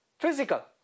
Physical